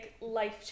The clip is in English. life